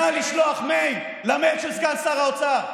נא לשלוח מייל לסגן האוצר,